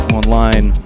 online